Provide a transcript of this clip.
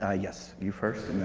ah yes? you first.